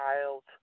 child